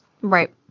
Right